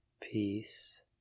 peace